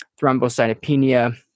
thrombocytopenia